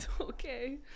Okay